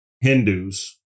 Hindus